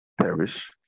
perish